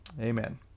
Amen